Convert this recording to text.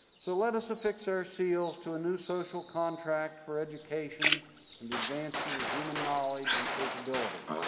so let us affix our seals to a new social contract for education and the advancement of human knowledge and capability.